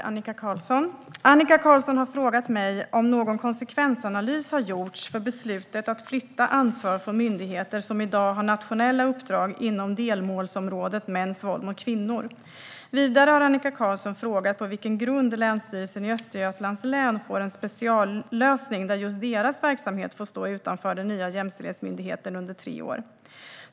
Herr talman! Annika Qarlsson har frågat mig om någon konsekvensanalys har gjorts för beslutet att flytta ansvar från myndigheter som i dag har nationella uppdrag inom delmålsområdet mäns våld mot kvinnor. Vidare har Annika Qarlsson frågat på vilken grund Länsstyrelsen i Östergötlands län får en speciallösning där just deras verksamhet får stå utanför den nya jämställdhetsmyndigheten under tre år.